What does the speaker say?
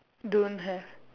don't have